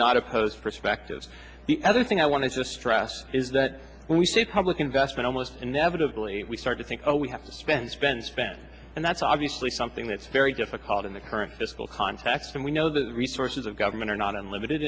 not opposed perspectives the other thing i want to stress is that when we say public investment almost inevitably we start to think oh we have to spend spend spend and that's obviously something that's very difficult in the current fiscal context and we know that the resources of government are not unlimited